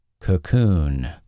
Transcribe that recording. Cocoon